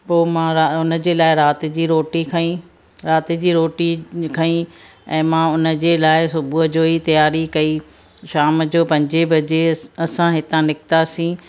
पोइ मां उन जे लाइ राति जी रोटी खंई राति जी रोटी खंई ऐं मां उन जे लाइ सुबुह जो ई तियारी कई शाम जो पंजे बजे असां हितां निकितासीं